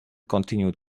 continued